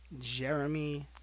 Jeremy